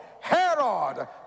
Herod